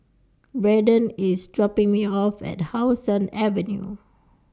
Braydon IS dropping Me off At How Sun Avenue